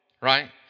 right